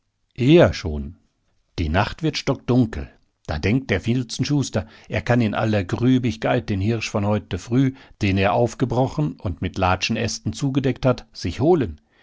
eher schon die nacht wird stockdunkel da denkt der filzenschuster er kann in aller g'rüebigkeit den hirsch von heute früh den er aufgebrochen und mit latschenästen zugedeckt hat sich holen